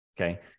Okay